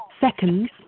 seconds